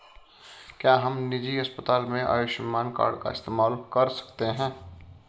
क्या हम निजी अस्पताल में आयुष्मान कार्ड का इस्तेमाल कर सकते हैं?